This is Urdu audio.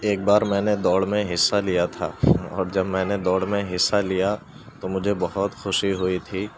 ایک بار میں نے دوڑ میں حصہ لیا تھا اور جب میں نے دوڑ میں حصہ لیا تو مجھے بہت خوشی ہوئی تھی